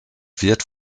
wird